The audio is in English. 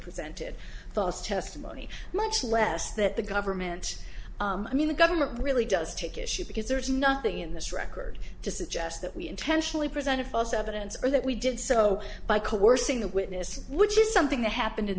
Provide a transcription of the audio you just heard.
presented thoughts testimony much less that the government i mean the government really does take issue because there's nothing in this record to suggest that we intentionally present a false evidence or that we did so by coercing the witness which is something that happened in